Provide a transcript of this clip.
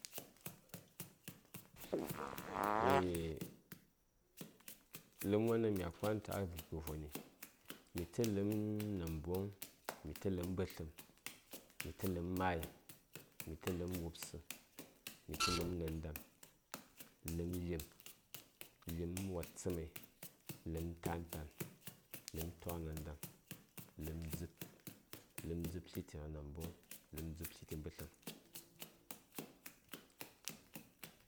Eah ləpm won daŋ mya kwan tə a gibkə voni mitə ləpm namboŋmitə ləpm mbətləm mitə ləpm mayi mitə ləpm wubsə mitə ləpm nandam ləpm lim ləpm watsəmai ləpm tan tan ləpm toknandam ləpm dzub ləpm dzub tliti ghə namboŋ ləpn dzub tliti bətləm.